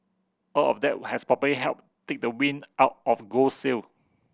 all of that who has probably helped take the wind out of gold's sail